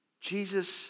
Jesus